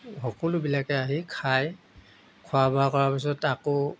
সকলোবিলাকে আহি খায় খোৱা বোৱা কৰাৰ পিছত আকৌ